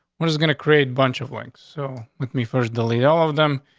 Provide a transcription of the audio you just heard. what is gonna create bunch of links? so with me first, delete all of them.